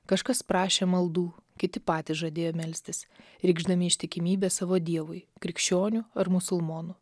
kažkas prašė maldų kiti patys žadėjo melstis reikšdami ištikimybę savo dievui krikščionių ar musulmonų